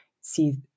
see